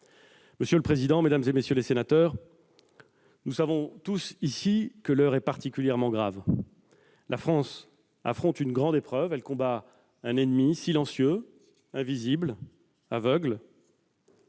Monsieur le président, mesdames, messieurs les sénateurs, nous savons tous que l'heure est particulièrement grave. La France affronte une grande épreuve ; elle combat un ennemi silencieux, invisible, aveugle.